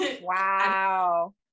wow